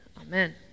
Amen